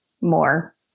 more